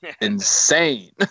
insane